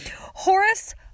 Horace